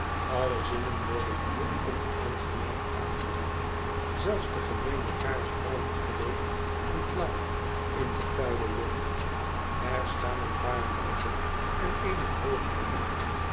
alle zinnen worden hier onaangenaam aangedaan zelfs de gemeene kaars brandt bleek en flauw in de vuile lucht er staan een paar banken en eene hoogere bank